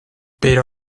pero